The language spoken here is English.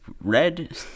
red